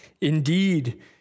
Indeed